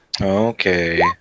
Okay